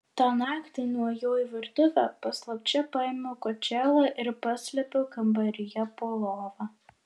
tą naktį nuėjau į virtuvę paslapčia paėmiau kočėlą ir paslėpiau kambaryje po lova